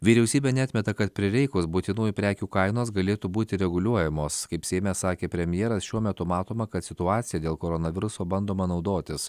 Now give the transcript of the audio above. vyriausybė neatmeta kad prireikus būtinųjų prekių kainos galėtų būti reguliuojamos kaip seime sakė premjeras šiuo metu matoma kad situacija dėl koronaviruso bandoma naudotis